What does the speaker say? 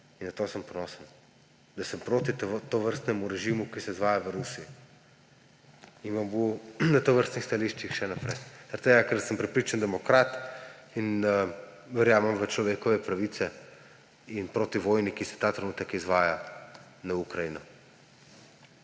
In na to sem ponosen, da sem proti tovrstnemu režimu, ki se izvaja v Rusiji. In bom na tovrstnih stališčih še naprej zaradi tega, ker sem prepričan demokrat in verjamem v človekove pravice in sem proti vojni, ki se ta trenutek izvaja na Ukrajino.